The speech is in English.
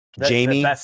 jamie